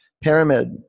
pyramid